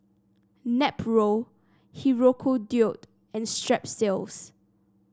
Nepro Hirudoid and Strepsils